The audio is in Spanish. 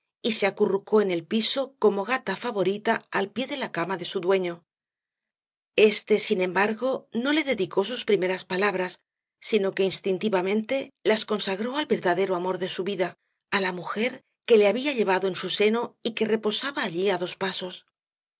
y se acurrucó en el piso como gata favorita al pié de la cama de su dueño este sin embargo no le dedicó sus primeras palabras sino que instintivamente las consagró al verdadero amor de su vida á la mujer que le había llevado en su seno y que reposaba allí á dos pasos